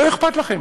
לא אכפת לכם.